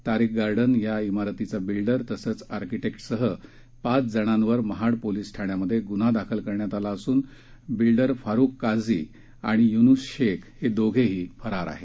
तारीक garden या शिरतीचा builder तसंच अर्किटेक्टसह पाच जणांवर महाड पोलीस ठाण्यात गुन्हा दाखल केला असून बिल्डर फारुक काझी आणि यूनुस शेख दोघंही फरार आहे